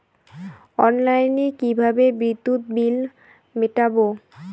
অনলাইনে কিভাবে বিদ্যুৎ বিল মেটাবো?